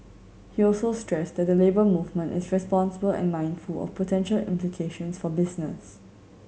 he also stressed that the Labour Movement is responsible and mindful of potential implications for business